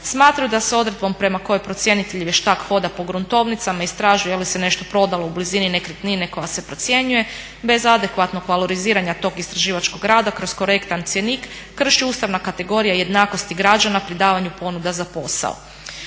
Smatraju da se odredbom prema kojoj procjenitelj i vještak hoda po gruntovnicama, istražuje je li se nešto prodalo u blizini nekretnine koja se procjenjuje bez adekvatnog valoriziranja tog istraživačkog rada kroz korektan cjenik krši ustavna kategorija jednakosti građana pri davanju ponuda za posao.